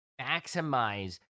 maximize